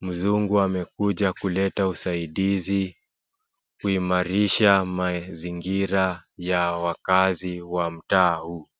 Mzungu amekuja kuleta usaindizi kuimarisha mazingira ya wakaazi wa mtaa huu.